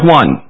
one